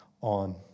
on